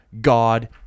God